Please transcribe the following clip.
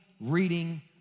reading